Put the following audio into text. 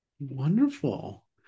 Wonderful